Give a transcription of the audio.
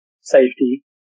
safety